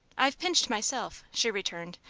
i've pinched myself, she returned,